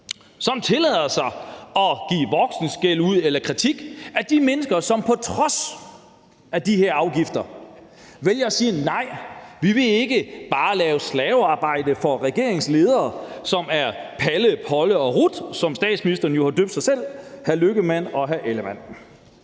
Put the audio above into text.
som tillader sig at give voksenskældud eller kritik af de mennesker, som på trods af de her afgifter vælger at sige: Nej, vi vil ikke bare lave slavearbejde for regeringens ledere, som er Palle, Polle og Ruth, som statsministeren jo har døbt sig selv, hr. Lars Løkke Rasmussen